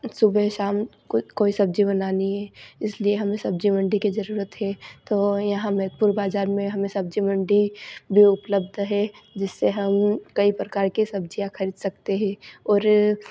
सुबह शाम कोई कोई सब्जी बनानी है इसलिए हमें सब्जी मंडी की जरूरत है तो यहाँ नेतपुर बाजार में हमें सब्जी मंडी भी उपलब्ध है जिससे हम कई प्रकार की सब्जियाँ खरीद सकते हैं और